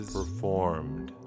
performed